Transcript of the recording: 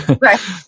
Right